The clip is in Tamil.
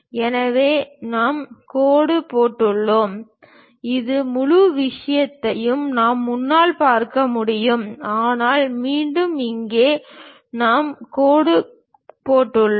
எனவே நாம் கோடு போட்டுள்ளோம் இந்த முழு விஷயத்தையும் நாம் முன்னால் பார்க்க முடியாது ஆனால் மீண்டும் இங்கே நாம் கோடு கோட்டுள்ளோம்